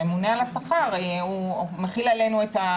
הממונה על השכר מחיל עלינו.